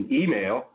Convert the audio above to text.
email